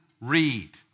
read